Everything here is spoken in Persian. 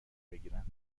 بگیرند